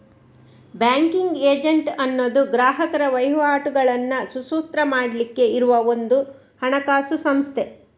banking agent ಅನ್ನುದು ಗ್ರಾಹಕರ ವಹಿವಾಟುಗಳನ್ನ ಸುಸೂತ್ರ ಮಾಡ್ಲಿಕ್ಕೆ ಇರುವ ಒಂದು ಹಣಕಾಸು ಸಂಸ್ಥೆ